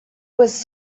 was